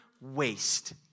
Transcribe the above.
waste